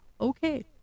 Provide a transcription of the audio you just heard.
Okay